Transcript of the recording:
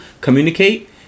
communicate